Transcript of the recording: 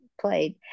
played